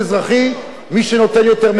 מי שנותן יותר מקבל יותר,